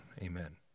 Amen